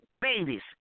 babies